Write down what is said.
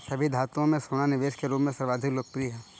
सभी धातुओं में सोना निवेश के रूप में सर्वाधिक लोकप्रिय है